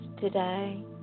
today